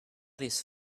these